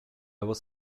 was